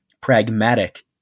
pragmatic